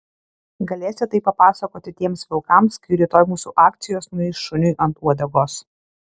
galėsi tai papasakoti tiems vilkams kai rytoj mūsų akcijos nueis šuniui ant uodegos